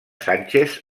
sánchez